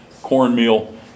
cornmeal